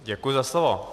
Děkuji za slovo.